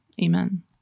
Amen